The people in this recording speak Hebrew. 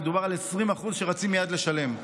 מדובר על 20% שרצים מייד לשלם.